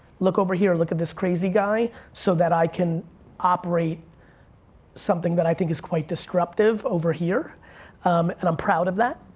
look over here, look at this crazy guy, so that i can operate something that i think is quite disruptive over here and i'm proud of that.